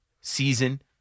season